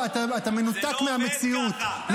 תעזוב, אתה מנותק מהמציאות.